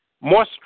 more